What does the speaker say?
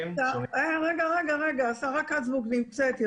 הצבא חייב לוודא,